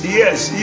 yes